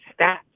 stats